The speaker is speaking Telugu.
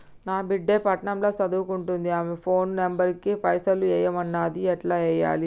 నా బిడ్డే పట్నం ల సదువుకుంటుంది ఆమె ఫోన్ నంబర్ కి పైసల్ ఎయ్యమన్నది ఎట్ల ఎయ్యాలి?